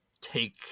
take